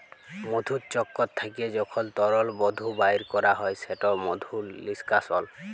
মধুচক্কর থ্যাইকে যখল তরল মধু বাইর ক্যরা হ্যয় সেট মধু লিস্কাশল